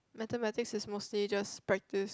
Mathematics is mostly just practice